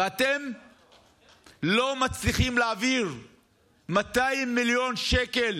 ואתם לא מצליחים להעביר 200 מיליון שקל